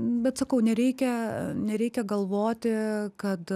bet sakau nereikia nereikia galvoti kad